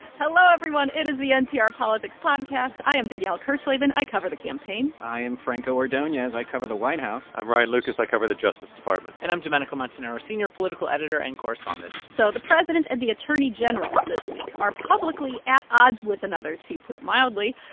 hello, everyone. it is the npr politics podcast. i am danielle kurtzleben. i cover the campaign i am franco ordonez. i cover the white house i'm ryan lucas. i cover the justice department and i'm domenico montanaro, senior political editor and correspondent so the president and the attorney general this week are publicly at odds with another, to put it mildly,